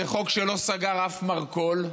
זה חוק שלא סגר אף מרכול,